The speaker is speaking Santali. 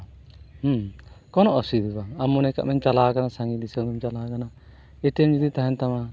ᱦᱩᱸ ᱠᱚᱱᱳ ᱚᱥᱩᱵᱤᱫᱟ ᱵᱟᱝ ᱟᱢ ᱢᱚᱱᱮ ᱠᱟᱜ ᱢᱮ ᱪᱟᱞᱟᱣ ᱠᱟᱱᱟᱢ ᱥᱟᱺᱜᱤᱧ ᱫᱤᱥᱚᱢᱮᱢ ᱪᱟᱞᱟᱣ ᱠᱟᱱᱟ ᱮᱴᱤᱭᱮᱢ ᱡᱩᱫᱤ ᱛᱟᱦᱮᱱ ᱛᱟᱢᱟ